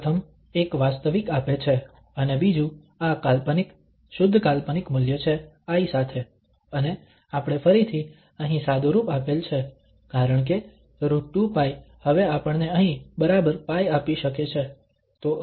પ્રથમ એક વાસ્તવિક આપે છે અને બીજું આ કાલ્પનિક શુદ્ધ કાલ્પનિક મૂલ્ય છે i સાથે અને આપણે ફરીથી અહીં સાદુરૂપ આપેલ છે કારણ કે √2π હવે આપણને અહીં બરાબર π આપી શકે છે